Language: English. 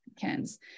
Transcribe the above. cans